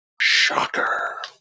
Shocker